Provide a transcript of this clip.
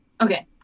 okay